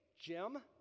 Jim